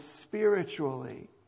spiritually